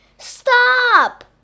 Stop